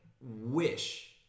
wish